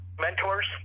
mentors